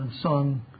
song